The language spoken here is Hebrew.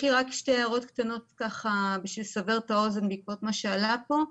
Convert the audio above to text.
יש לי רק שתי הערות קטנות בשביל לסבר את האוזן בעקבות מה שעלה פה.